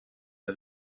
the